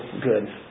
good